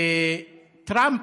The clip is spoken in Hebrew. טראמפ,